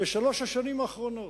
בשלוש השנים האחרונות.